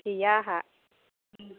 गैया आहा